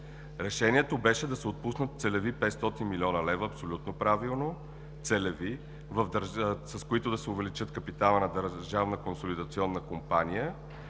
Решението беше да се отпуснат целеви 500 млн. лв. – абсолютно правилно, целеви, с които да се увеличи капиталът на „Държавна консолидационна компания“,